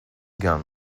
gun